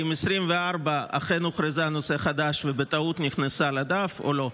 האם 24 אכן הוכרזה נושא חדש ובטעות נכנסה לדף או לא.